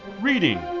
Reading